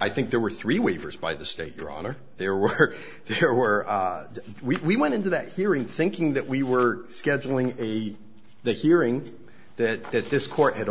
i think there were three waivers by the state drawn are there were there were we went into that hearing thinking that we were scheduling a the hearing that that this court had